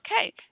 okay